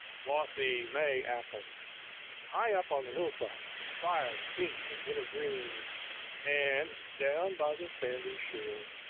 glossy may apple high up on the hillside, the fire pink and wintergreen and, down by the sandy shore,